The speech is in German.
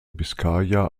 biskaya